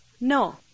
No